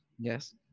Yes